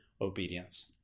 obedience